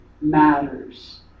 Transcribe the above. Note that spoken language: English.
matters